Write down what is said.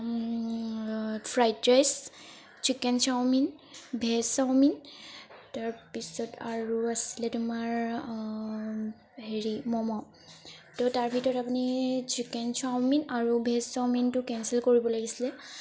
fried rice chicken chowmein veg chowmein তাৰপিছত আৰু আছিলে তোমাৰ হেৰি ম'ম' ত' তাৰ ভিতৰত আপুনি চিকেন চাওমিন আৰু ভেজ চাওমিনটো কেনচেল কৰিব লাগিছিলে